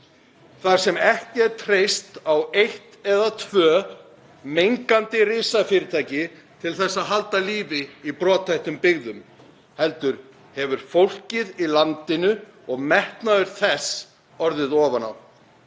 þar sem ekki er treyst á eitt eða tvö mengandi risafyrirtæki til að halda lífi í brothættum byggðum heldur hefur fólkið í landinu og metnaður þess orðið ofan á.